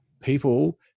people